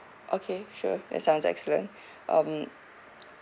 okay sure that sounds excellent um